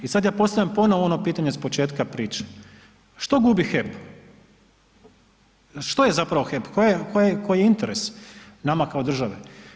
I sad ja postavljam ponovo ono pitanje s početka priče, što gubi HEP, što je zapravo HEP, koji je interes nama kao države?